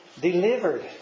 delivered